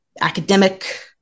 academic